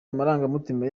amarangamutima